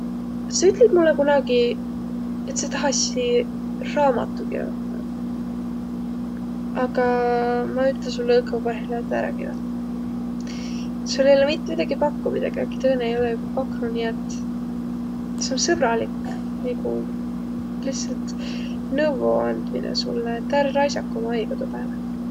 Sa ütlit mullõ kunagi, et sa tahasiq raamatu kirotaq, aga ma ütle sullõ õkva parhilla, et äräq kirotaguq. Sul ei olõq mitte midägi pakkuq, midä kiäki tõõnõ ei olõq joba paknuq, nii et seo om sõbralik nigu lihtsält nõvvoandminõ sullõ, et äräq raisaku aigu tuu pääle.